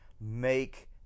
make